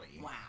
Wow